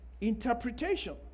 interpretation